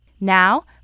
Now